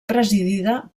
presidida